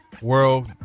world